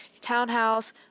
townhouse